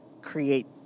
create